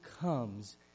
comes